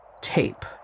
tape